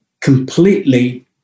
completely